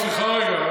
סליחה רגע.